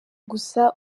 gusa